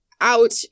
out